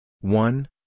one